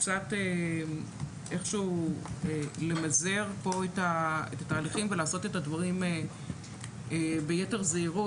קצת איכשהו למזער פה את התהליכים ולעשות את הדברים ביתר זהירות.